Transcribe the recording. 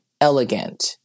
elegant